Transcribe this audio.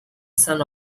son